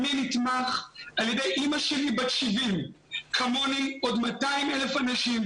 אני נתמך על ידי אימא שלי בת 70. כמוני עוד 200,000 אנשים.